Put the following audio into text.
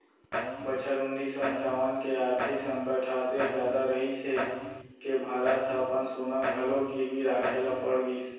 बछर उन्नीस सौ इंकावन के आरथिक संकट ह अतेक जादा रहिस हे के भारत ह अपन सोना घलोक गिरवी राखे ल पड़ गिस